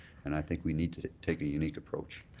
and i think we need to take a unique approach.